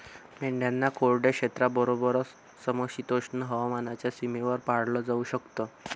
मेंढ्यांना कोरड्या क्षेत्राबरोबरच, समशीतोष्ण हवामानाच्या सीमेवर पाळलं जाऊ शकत